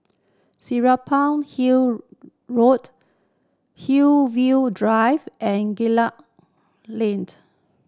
Serapong Hill Road Hillview Drive and Link